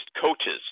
coaches